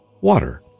water